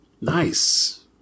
Nice